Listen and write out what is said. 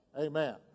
Amen